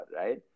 right